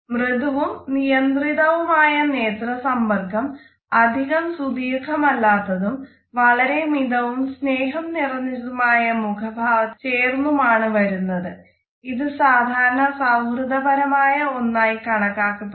മൃദുവും നിയന്ത്രിതവുമായ നേത്ര സമ്പർക്കം അധികം സുദീർഘമല്ലാത്തതും വളരെ മിതവും സ്നേഹം നിറഞ്ഞതുമായ മുഖ ഭാവത്തെ ചേർന്നുമാണ് വരുന്നത് ഇത് സാധാരണ സൌഹൃദപരമായ ഒന്നായി കണക്കാക്കപ്പെടുന്നു